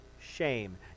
shame